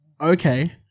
Okay